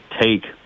take